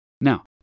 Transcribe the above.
Now